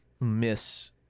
miss